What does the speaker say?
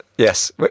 Yes